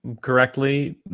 correctly